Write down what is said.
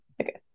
Okay